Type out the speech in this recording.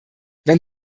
wenn